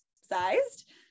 sized